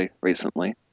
recently